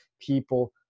people